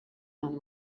one